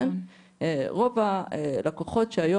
רוב הלקוחות שאני